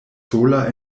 sola